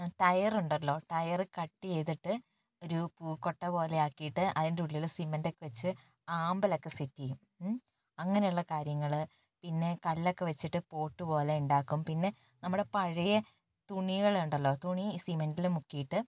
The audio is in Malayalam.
ടയറുണ്ടല്ലൊ ടയർ കട്ട് ചെയ്തിട്ട് ഒരു പൂക്കൊട്ട പോലെയാക്കിട്ട് അതിൻ്റെയുള്ളിൽ സിമൻ്റൊക്കെ വച്ച് ആമ്പലൊക്കെ സെറ്റ് ചെയ്യും അങ്ങനെയുള്ള കാര്യങ്ങള് പിന്നെ കല്ലൊക്കെ വച്ചിട്ട് പോർട്ട് പോലെയുണ്ടാക്കും പിന്നെ നമ്മടെ പഴയ തുണികളുണ്ടല്ലോ തുണി സിമൻ്റില് മുക്കിയിട്ട്